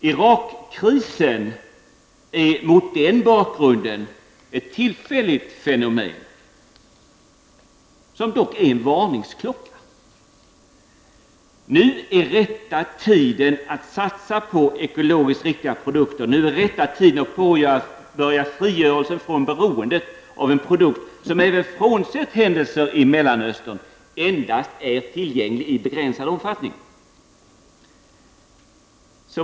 Irakkrisen är mot den bakgrunden ett tillfälligt fenomen som dock är en varningsklocka. Nu är rätta tiden att satsa på ekologiskt riktiga produkter. Nu är rätta tiden att påbörja frigörelsen från beroendet av en produkt som även frånsett händelserna i Mellanöstern endast är tillgänglig i begränsad omfattning.